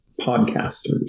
podcasters